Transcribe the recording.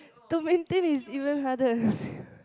to maintain it's even harder